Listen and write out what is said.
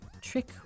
Trick